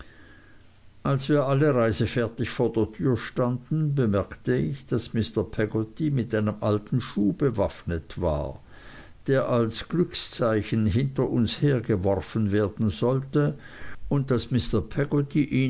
als wir alle reisefertig vor der tür standen bemerkte ich daß mr peggotty mit einem alten schuh bewaffnet war der als glückszeichen hinter uns hergeworfen werden sollte und daß mr peggotty